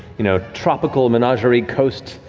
you know, tropical menagerie coast